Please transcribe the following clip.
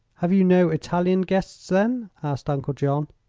have you no italian guests, then? asked uncle john.